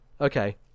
Okay